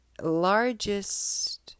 largest